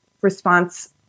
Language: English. response